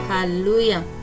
Hallelujah